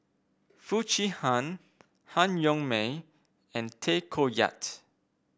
Foo Chee Han Han Yong May and Tay Koh Yat